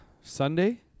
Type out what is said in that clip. Sunday